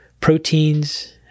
Proteins